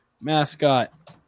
mascot